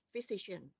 physician